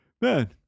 man